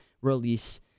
release